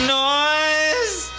noise